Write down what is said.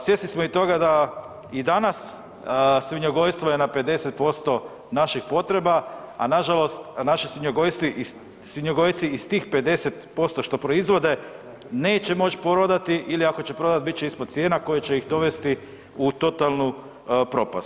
Svjesni smo i toga da i danas svinjogojstvo je na 50% naših potreba, a na žalost naši svinjogojci i tih 50% što proizvode neće moći prodati ili ako će prodati bit će ispod cijena koje će ih dovesti u totalnu propast.